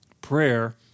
Prayer